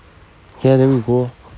okay ah then we go orh